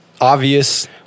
obvious